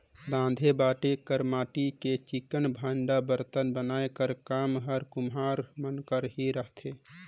राँधे बांटे कर माटी कर चिक्कन भांड़ा बरतन बनाए कर काम हर कुम्हार मन कर ही रहथे